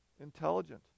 intelligent